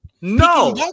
no